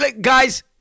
guys